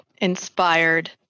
inspired